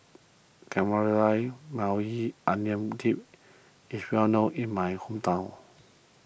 Maui Onion Dip is well known in my hometown